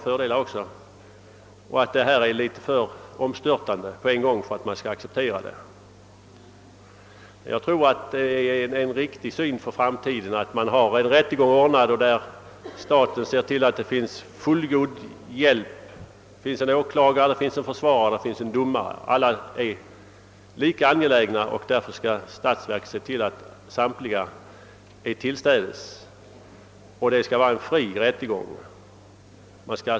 Förslaget är måhända för omstörtande för att man skall kunna acceptera det på en gång. Herr talman!